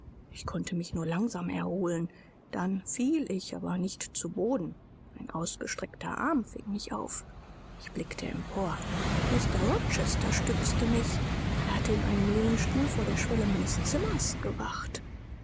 ich konnte mich nur langsam erholen dann fiel ich aber nicht zu boden ein ausgestreckter arm fing mich auf ich blickte empor mr rochester stützte mich er hatte in einem lehnstuhl vor der schwelle meines zimmers gewacht